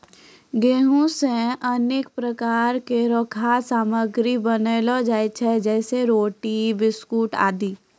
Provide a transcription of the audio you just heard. गेंहू सें अनेक प्रकार केरो खाद्य सामग्री बनैलो जाय छै जैसें रोटी, बिस्कुट आदि